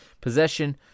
Possession